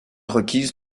requise